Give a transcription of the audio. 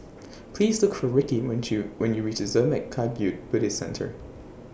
Please Look For Rickey when YOU when YOU REACH Zurmang Kagyud Buddhist Centre